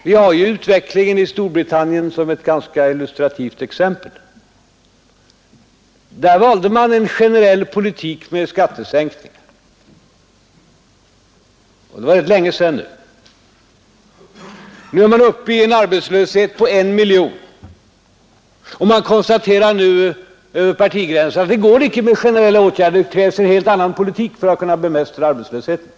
Vi har utvecklingen i Storbritannien som ett ganska illustrativt exempel. Där valde man en generell politik med skattesänkning. Nu är man uppe i en arbetslöshet på 1 miljon och konstaterar över partigränserna att det icke går med generella åtgärder utan att det krävs en helt annan politik för att bemästra arbetslösheten.